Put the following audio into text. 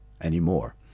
anymore